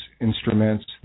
instruments